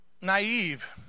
naive